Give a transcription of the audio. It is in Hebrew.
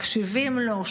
מקשיבים לו,